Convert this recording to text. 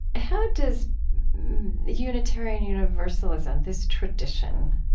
how does unitarian universalism, this tradition,